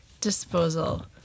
disposal